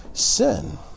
Sin